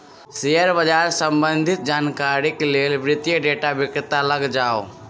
share बाजार सम्बंधित जानकारीक लेल वित्तीय डेटा विक्रेता लग जाऊ